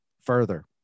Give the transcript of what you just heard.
further